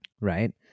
right